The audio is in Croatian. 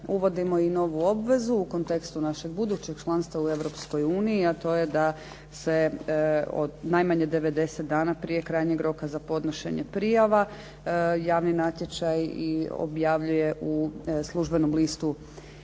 Uvodimo i novu obvezu u kontekstu našeg budućeg članstva u Europskoj uniji, a to je da se od najmanje 90 dana prije krajnjeg roka za podnošenje prijava, javni natječaj objavljuje u službenom listu